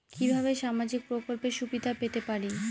কিভাবে সামাজিক প্রকল্পের সুবিধা পেতে পারি?